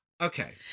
Okay